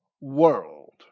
world